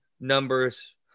numbers